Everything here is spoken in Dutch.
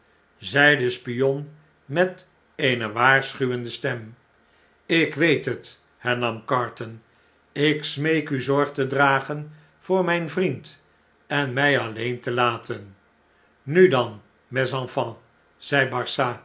zei de spion met eene waarschuwende stem ik weet het hernam carton lk smeeku zorg te dragen voor mp vriend en mij alleen te laten nu dan mes enfantsl